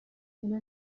خونه